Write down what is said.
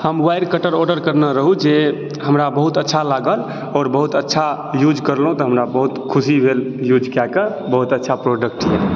हम wire cutter order करने रहौ जे हमरा बहुत अच्छा लागल आओर बहुत अच्छा यूज करलहुंँ तऽ बहुत खुशी भेल यूज कए कऽ बहुत अच्छा प्रोडक्ट यऽ